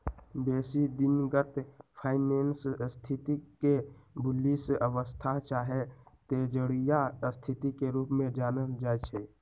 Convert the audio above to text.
बेशी दिनगत फाइनेंस स्थिति के बुलिश अवस्था चाहे तेजड़िया स्थिति के रूप में जानल जाइ छइ